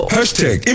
Hashtag